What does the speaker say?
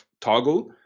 toggle